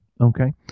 Okay